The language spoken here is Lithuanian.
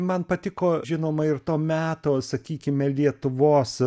man patiko žinoma ir to meto sakykime lietuvos